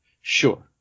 Sure